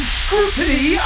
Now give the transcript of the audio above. scrutiny